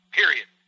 period